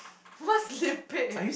what's lim-peh